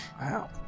Wow